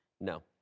No